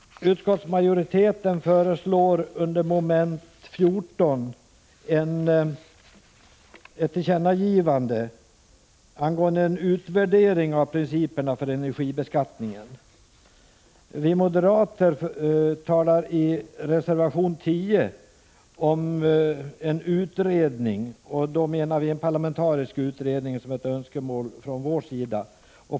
Utskottsmajoriteten föreslår under mom. 14 ett tillkännagivande angående en utvärdering av principerna för energibeskattningen. Vi moderater talar i reservation 10 om en utredning — och då menar vi en parlamentarisk utredning —som ett önskemål från vår sida.